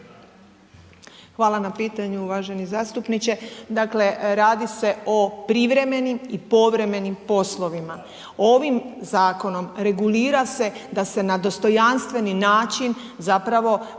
Hvala na pitanju uvaženi zastupniče. Dakle, radi se o privremenim i povremenim poslovima. Ovim zakonom regulira se da se na dostojanstveni način zapravo